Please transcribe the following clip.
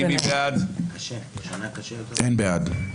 הטאבלטים